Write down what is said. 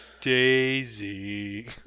Daisy